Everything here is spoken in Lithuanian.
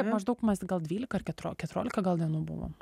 maždaug mes gal dvylika ar keturio keturiolika gal dienų buvom